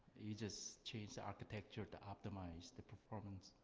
you just change the architecture to optimize the performance,